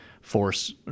force